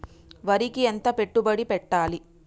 వరికి ఎంత పెట్టుబడి పెట్టాలి?